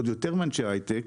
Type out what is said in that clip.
עוד יותר מאנשי ההייטק,